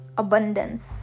abundance